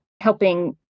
helping